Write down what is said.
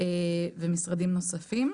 ומשרדים נוספים.